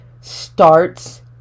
starts